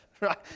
right